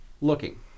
looking